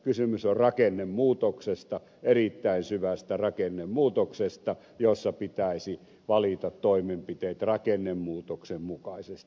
kysymys on rakennemuutoksesta erittäin syvästä rakennemuutoksesta jossa pitäisi valita toimenpiteet rakennemuutoksen mukaisesti